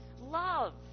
love